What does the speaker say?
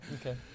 Okay